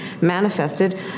manifested